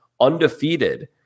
undefeated